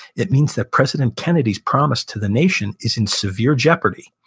it means that president kennedy's promise to the nation is in severe jeopardy,